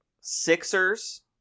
Sixers